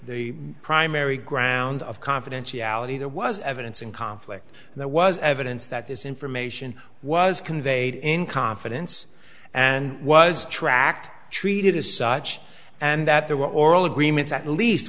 primary ground of confidentiality there was evidence in conflict there was evidence that this information was conveyed in confidence and was tracked treated as such and that there were oral agreements at least